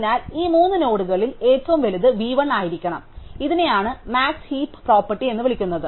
അതിനാൽ ഈ മൂന്ന് നോഡുകളിൽ ഏറ്റവും വലുത് v 1 ആയിരിക്കണം അതിനാൽ ഇതിനെയാണ് മാക്സ് ഹീപ് പ്രോപ്പർട്ടി എന്ന് വിളിക്കുന്നത്